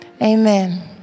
Amen